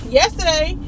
yesterday